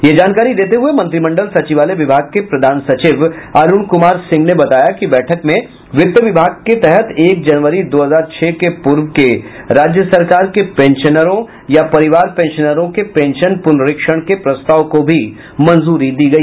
ये जानकारी देते हुए मंत्रिमंडल सचिवालय विभाग के प्रधान सचिव अरुण कुमार सिंह ने बताया कि बैठक में वित्त विभाग के तहत एक जनवरी दो हजार छह के पूर्व के राज्य सरकार के पेंशनरों या परिवार पेंशनरों के पेंशन पुनरीक्षण के प्रस्ताव को भी मंजूरी दी गई